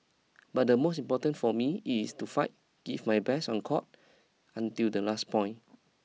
but the most important for me it's to fight give my best on court until the last point